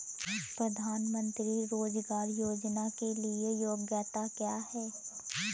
प्रधानमंत्री रोज़गार योजना के लिए योग्यता क्या है?